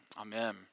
Amen